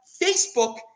Facebook